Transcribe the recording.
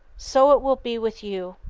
so it will be with you.